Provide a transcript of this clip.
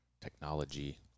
technology